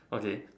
okay